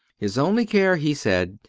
his only care, he said,